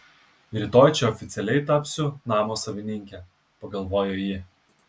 rytoj čia oficialiai tapsiu namo savininke pagalvojo ji